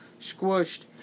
squished